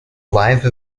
live